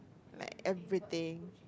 like everything